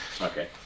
okay